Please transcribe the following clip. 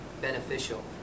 beneficial